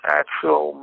actual